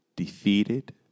Defeated